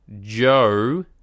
Joe